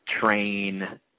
train